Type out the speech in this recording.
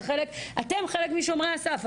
אתם חלק משומרי הסף,